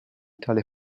tale